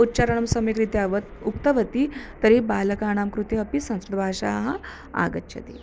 उच्चारणं सम्यक् रीत्या वत् उक्तवती तर्हि बालकाणां कृते अपि संस्कृतभाषा आगच्छति